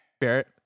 Barrett